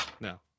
No